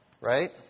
Right